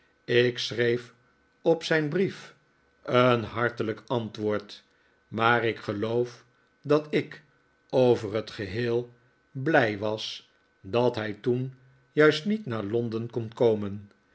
ik schreef op zijn brief een hartelijk antwoord maar ik geloof dat ik over het geheel blij was dat hij toen juist niet naar londen kon komen